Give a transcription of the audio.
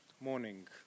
morning